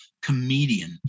comedian